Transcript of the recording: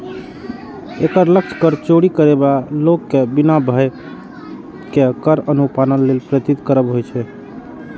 एकर लक्ष्य कर चोरी करै बला लोक कें बिना भय केर कर अनुपालन लेल प्रेरित करब होइ छै